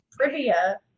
Trivia